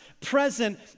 present